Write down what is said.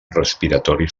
respiratori